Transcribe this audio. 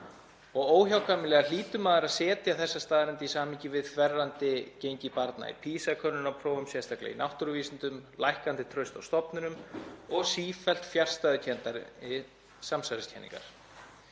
Óhjákvæmilega hlýtur maður að setja þessa staðreynd í samhengi við þverrandi gengi barna í PISA-könnunarprófum, sérstaklega í náttúruvísindum, lækkandi traust á stofnunum og sífellt fjarstæðukenndari samsæriskenningar.